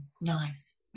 Nice